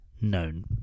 known